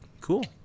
cool